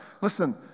Listen